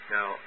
Now